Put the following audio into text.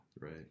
Right